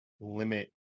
limit